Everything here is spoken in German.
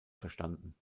verstanden